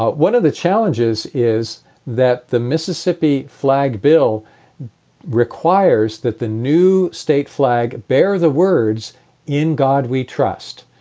one of the challenges is that the mississippi flag bill requires that the new state flag bear the words in god we trust.